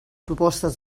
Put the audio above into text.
propostes